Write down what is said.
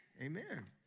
Amen